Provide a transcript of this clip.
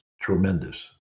tremendous